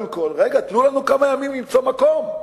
רגע, תנו לנו כמה ימים למצוא מקום,